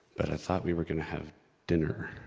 but i thought we were gonna have dinner.